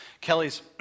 Kelly's